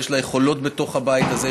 יש לה יכולות בתוך הבית הזה,